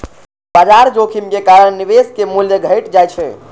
बाजार जोखिम के कारण निवेशक मूल्य घटि जाइ छै